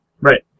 Right